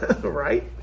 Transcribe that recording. Right